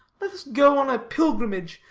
let us go on a pilgrimage,